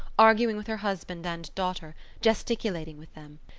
arguing with her husband and daughter, gesticulating with them.